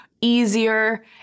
easier